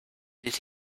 did